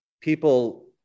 People